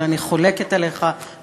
אבל אני חולקת עליך מאוד.